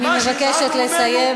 אני מבקשת לסיים.